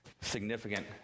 significant